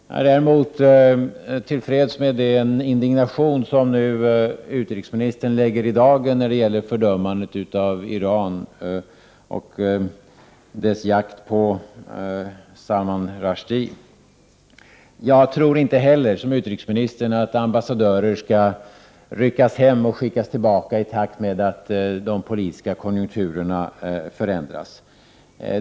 Jag är däremot till freds med den indignation som utrikesministern nu lägger i dagen när det gäller fördömandet av Iran och dess jakt på Salman Rushdie. Jag tror inte heller, som utrikesministern, att ambassadörer skall ryckas hem och skickas tillbaka i takt med att de politiska konjunkturerna förändras.